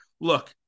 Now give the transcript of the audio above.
look